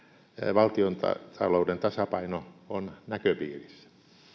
valtiontalouden tasapaino on näköpiirissä